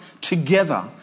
together